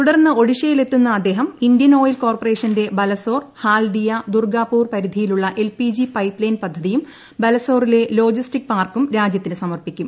തുടർന്ന് ഒഡിഷയിലെത്തുന്ന അദ്ദേഹം ഇന്ത്യൻ ഓയിൽ കോർപ്പറേഷന്റെ ബല്യസോർ ഹാല്ഡിയ ദുർഗാപൂർ പരിധിയിലുള്ള എൽപിജി പൈപ്പ് ള്ളെൻപ് പദ്ധതിയും ബലസോറിലെ ലോജിസ്റ്റിക്ക് പാർക്കും രാജ്യത്തിന് സ്മർപ്പിക്കും